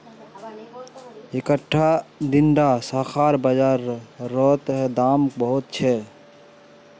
इकट्ठा दीडा शाखार बाजार रोत दाम बहुत छे